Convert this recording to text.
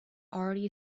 already